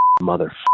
mother